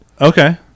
Okay